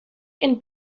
and